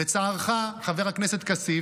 לצערך, חבר הכנסת כסיף,